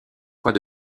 fois